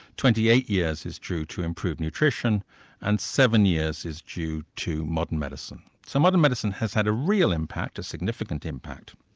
twenty eight years is due to improved nutrition and seven years is due to modern medicine. so modern medicine has had a real impact, a significant impact,